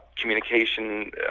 Communication